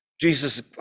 Jesus